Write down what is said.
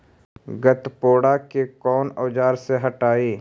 गत्पोदा के कौन औजार से हटायी?